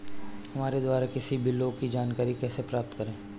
हमारे द्वारा सभी बिलों की जानकारी कैसे प्राप्त करें?